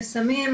לסמים,